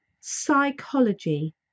Psychology